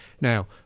Now